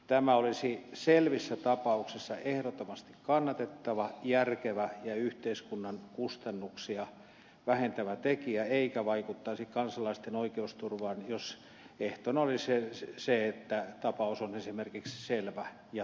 tämä olisi selvissä tapauksissa ehdottomasti kannatettava järkevä ja yhteiskunnan kustannuksia vähentävä tekijä eikä vaikuttaisi kansalaisten oikeusturvaan jos ehtona olisi se että tapaus on esimerkiksi selvä ja tunnustettu